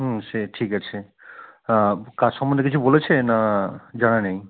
হুম সে ঠিক আছে কাজ সম্বন্ধে কিছু বলেছে না জানা নেই